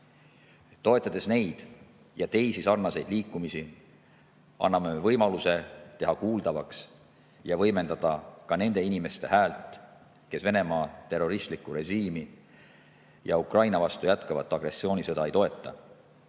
Toetades neid ja teisi sarnaseid liikumisi, anname me võimaluse teha kuuldavaks ja võimendada ka nende inimeste häält, kes Venemaa terroristlikku režiimi ja Ukraina vastu jätkuvalt peetavat agressioonisõda ei toeta.